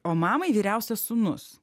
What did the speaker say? o mamai vyriausias sūnus